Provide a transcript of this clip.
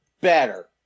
better